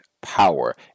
Power